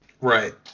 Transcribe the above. Right